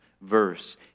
Verse